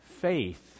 faith